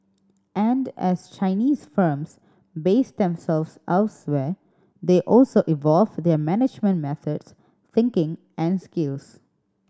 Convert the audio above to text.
and as Chinese firms base themselves elsewhere they also evolve their management methods thinking and skills